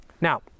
Now